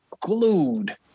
glued